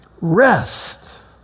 rest